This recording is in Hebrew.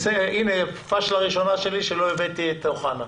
הנה, פשלה ראשונה שלי היא שלא הבאתי את אוחנה,